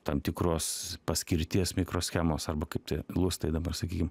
tam tikros paskirties mikroschemos arba kaip tie lustai dabar sakykim